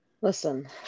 Listen